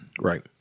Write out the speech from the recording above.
Right